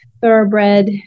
thoroughbred